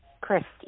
Christy